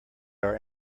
our